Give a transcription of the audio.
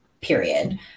period